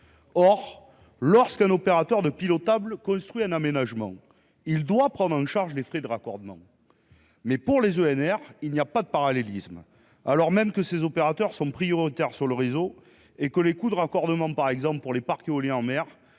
Lorsqu'un opérateur d'énergies pilotables construit un aménagement, il doit prendre en charge les frais de raccordement. Pour les EnR toutefois, il n'y a pas de parallélisme, alors même que ces opérateurs sont prioritaires sur le réseau et que les coûts de raccordement, par exemple pour les parcs éoliens en mer